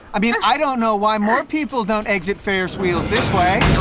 i mean i don't know why more people don't exit ferris wheels this way.